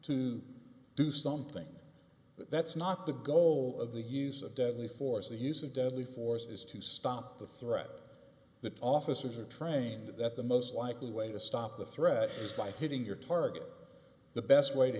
to do something that's not the goal of the use of deadly force the use of deadly force is to stop the threat that officers are trained that the most likely way to stop the threat is by hitting your target the best way to